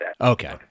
Okay